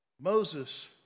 Moses